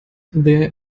there